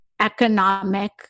economic